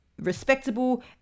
respectable